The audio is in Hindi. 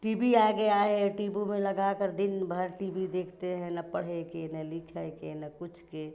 टी बी आ गया है टी बू में लगाकर दिनभर टी बी देखते हैं ना पढ़ै के ना लिखै के ना कुछ के